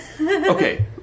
Okay